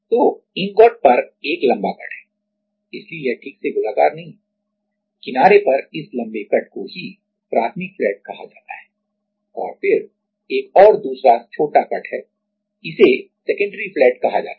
तो इंगोट पर एक लंबा कट है इसलिए यह ठीक से गोलाकार नहीं है किनारे पर इस लंबे कट को ही प्राथमिक फ्लैट कहा जाता है और फिर एक और दूसरा छोटा कट है इसे सेकेंडरी फ्लैट कहा जाता है